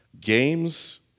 games